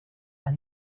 las